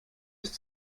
ist